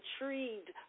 intrigued